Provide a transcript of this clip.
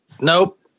nope